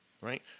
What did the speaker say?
right